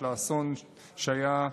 של האסון שהיה,